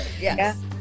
yes